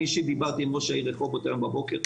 אני אישית דיברתי עם ראש עיריית רחובות היום בבוקר,